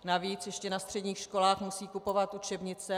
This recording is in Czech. Navíc ještě na středních školách musí kupovat učebnice.